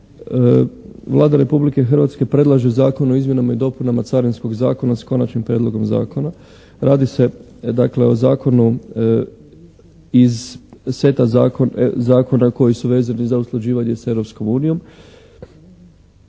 Vlada Republike Hrvatske predlaže Zakon o izmjenama i dopunama Carinskog zakona s Konačnim prijedlogom zakona. Radi se dakle o zakonu iz seta zakona koji su vezani za usklađivanje s